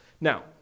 Now